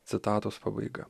citatos pabaiga